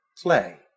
play